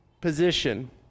position